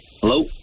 Hello